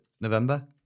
november